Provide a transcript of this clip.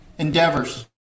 endeavors